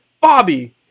Bobby